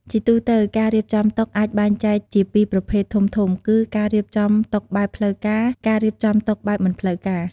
ជាទូទៅ ការរៀបចំតុអាចបែងចែកជាពីរប្រភេទធំៗគឺ ការរៀបចំតុបែបផ្លូវការ ការរៀបចំតុបែបមិនផ្លូវការ។